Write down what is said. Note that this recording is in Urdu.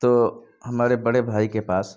تو ہمارے بڑے بھائی کے پاس